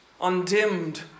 Undimmed